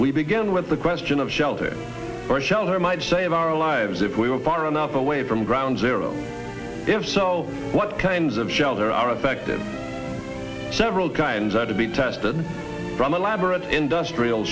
we begin with the question of shelter or shelter might save our lives if we were far enough away from ground zero if so what kinds of shelter are effective several kinds are to be tested from elaborate industrial